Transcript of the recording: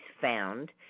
found